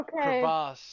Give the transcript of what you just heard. Okay